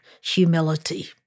humility